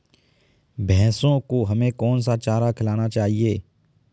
भैंसों को हमें कौन सा चारा खिलाना चाहिए?